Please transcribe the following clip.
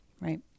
right